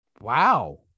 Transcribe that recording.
Wow